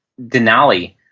Denali